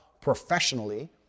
professionally